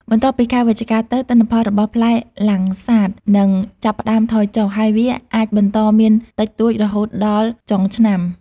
បន្ទាប់ពីខែវិច្ឆិកាទៅ ទិន្នផលរបស់ផ្លែលាំងសាតនឹងចាប់ផ្ដើមថយចុះ ហើយវាអាចបន្តមានតិចតួចរហូតដល់ចុងឆ្នាំ។